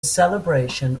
celebration